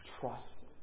Trust